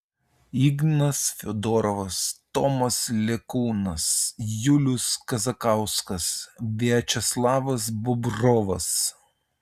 ignas fiodorovas tomas lekūnas julius kazakauskas viačeslavas bobrovas